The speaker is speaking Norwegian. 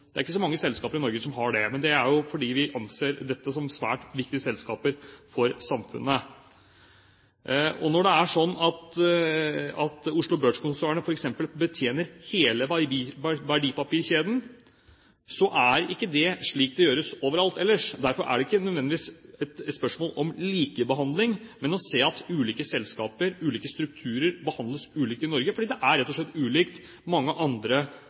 Det er ikke så mange selskaper i Norge som har det, men det er fordi vi anser disse som svært viktige selskaper for samfunnet. Og når Oslo Børs-konsernet f.eks. betjener hele verdipapirkjeden, er det ikke slik det gjøres overalt ellers. Derfor er det ikke nødvendigvis et spørsmål om likebehandling, men å se at ulike selskaper, ulike strukturer, behandles ulikt i Norge, fordi det rett og slett er ulikt mange andre